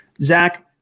Zach